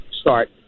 start